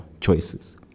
choices